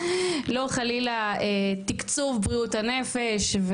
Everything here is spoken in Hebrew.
לא חלילה תקצוב בריאות הנפש,